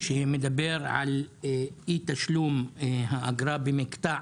שמדבר על אי תשלום האגרה במקטע